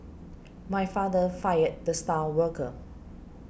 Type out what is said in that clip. my father fired the star worker